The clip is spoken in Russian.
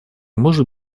может